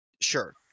sure